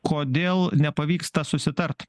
kodėl nepavyksta susitart